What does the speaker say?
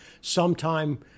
sometime